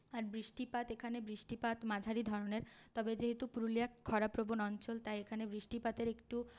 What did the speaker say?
আর বৃষ্টিপাত এখানে বৃষ্টিপাত মাঝারি ধরনের তবে যেহেতু পুরুলিয়া খরা প্রবণ অঞ্চল তাই এখানে বৃষ্টিপাতের একটু